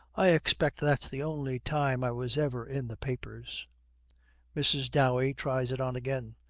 i expect that's the only time i was ever in the papers mrs. dowey tries it on again,